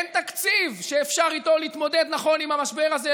אין תקציב שאיתו אפשר להתמודד נכון עם המשבר הזה,